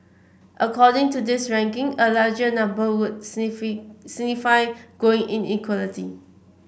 according to this ranking a larger number would signify growing inequality